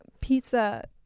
Pizza